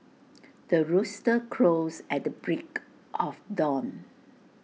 the rooster crows at the break of dawn